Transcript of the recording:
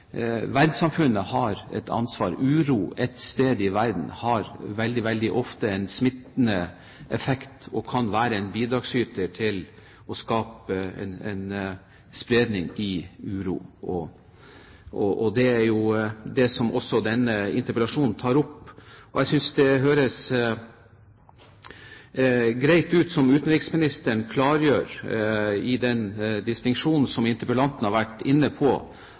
verdenssamfunnet har et ansvar – uro et sted i verden har veldig, veldig ofte en smittende effekt og kan bidra til å skape spredning av uro. Og det er jo det denne interpellasjonen tar opp. Jeg synes det høres greit ut, som utenriksministeren klargjør i forbindelse med den distinksjonen som interpellanten har vært inne på,